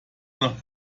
nach